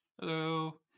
Hello